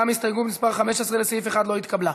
גם הסתייגות מס' 15 לסעיף 1 לא התקבלה.